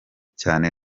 cyane